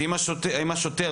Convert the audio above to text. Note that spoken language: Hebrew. אם השוטר,